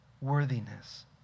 worthiness